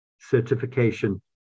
Certification